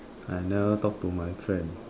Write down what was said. I never talk to my friend